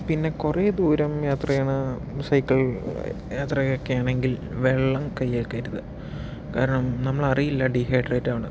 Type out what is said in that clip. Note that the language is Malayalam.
പിന്നെ കുറേ ദൂരം യാത്ര ചെയ്യുന്ന സൈക്കിൾ യാത്രയ്ക്കൊക്കെ ആണെങ്കിൽ വെള്ളം കൈയ്യിൽ കരുതുക കാരണം നമ്മൾ അറിയില്ല ഡീഹൈഡ്രേറ്റ് ആവണത്